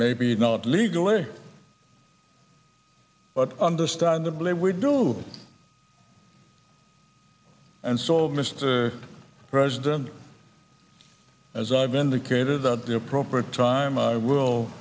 maybe not legally but understandably we do and so mr president as i've indicated at the appropriate time i will